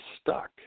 stuck